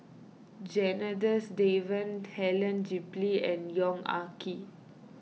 Janadas Devan Helen Gilbey and Yong Ah Kee